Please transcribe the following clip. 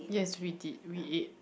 yes we did we ate